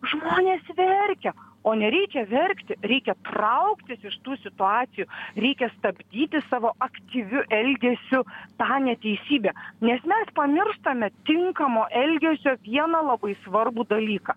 žmonės verkia o nereikia verkti reikia trauktis iš tų situacijų reikia stabdyti savo aktyviu elgesiu tą neteisybę nes mes pamirštame tinkamo elgesio vieną labai svarbų dalyką